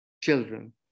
children